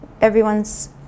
everyone's